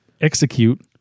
execute